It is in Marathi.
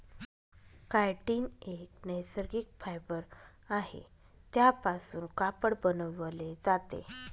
कायटीन एक नैसर्गिक फायबर आहे त्यापासून कापड बनवले जाते